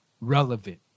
relevant